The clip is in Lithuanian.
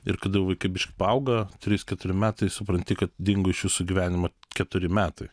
ir kada jau vaikai biškį paauga trys keturi metai supranti kad dingo iš jūsų gyvenimo keturi metai